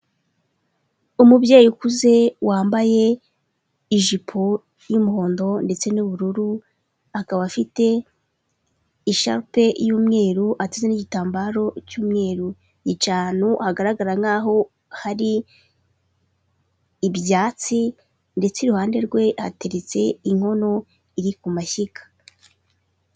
Umubyeyi ukuze wambaye ijipo y'umuhondo ndetse n'ubururu, akaba isharupe y'umweru ateze n'igitambaro cy'umweruc hagaragara nkaho hari ibyatsi ndetse iruhande rwe hateritse inkono iri ku mashyiga.